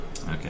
Okay